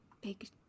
big